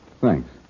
Thanks